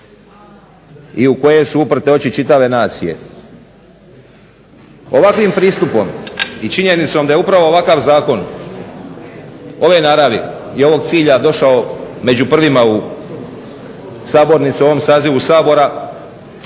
i u koje su uprte oči čitave nacije. Ovakvim pristupom i činjenicom da je upravo ovakav zakon ove naravi i ovog cilja došao među prvima u sabornicu u ovom sazivu Sabora